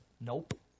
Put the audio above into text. Nope